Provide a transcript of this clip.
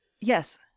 yes